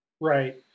Right